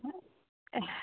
হ্যাঁ